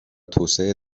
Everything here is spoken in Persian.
توسعه